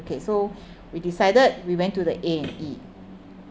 okay so we decided we went to the A&E